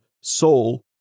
Soul